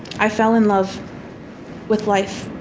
i fell in love with life.